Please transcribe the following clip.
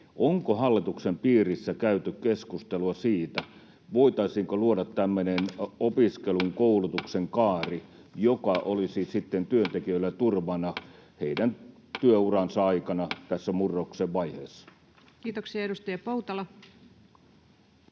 Onko hallituksen piirissä käyty keskustelua siitä, voitaisiinko luoda tämmöinen opiskelun, koulutuksen, kaari, joka olisi sitten työntekijöillä turvana heidän työuransa aikana tässä murroksen vaiheessa? [Speech 56]